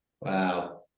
Wow